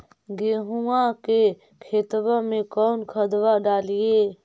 गेहुआ के खेतवा में कौन खदबा डालिए?